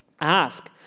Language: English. ask